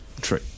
true